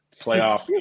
playoff